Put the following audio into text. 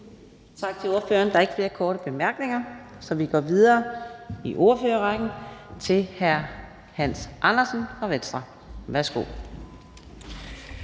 Tak til ordføreren. Der er ikke nogen korte bemærkninger. Så vi går videre i ordførerrækken til fru Katrine Robsøe, Radikale Venstre. Værsgo.